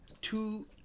two